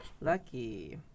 Lucky